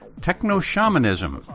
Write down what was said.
Techno-Shamanism